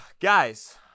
guys